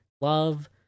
love